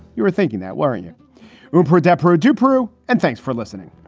you were thinking that where and you were poor adepero du brew. and thanks for listening